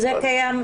זה קיים?